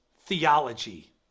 theology